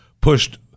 pushed